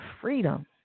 freedom